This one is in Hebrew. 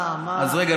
מה, מה, רגע,